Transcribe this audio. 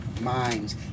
minds